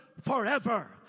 forever